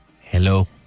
Hello